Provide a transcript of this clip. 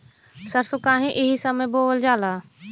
सरसो काहे एही समय बोवल जाला?